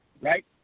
right